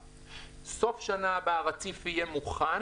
סוף שנה הבאה הרציף יהיה מוכן,